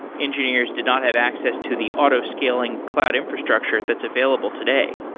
engineers did not have access to the auto-scaling cloud infrastructure that's available today.